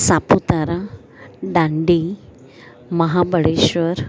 Saputara Dandi Mahabaleshwar